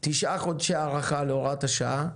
תשעה חודשי הארכה להוראת השעה,